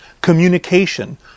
communication